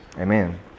Amen